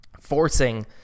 forcing